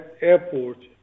airport